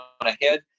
ahead